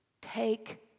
take